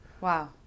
Wow